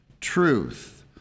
truth